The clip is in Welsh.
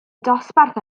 dosbarth